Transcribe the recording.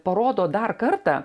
parodo dar kartą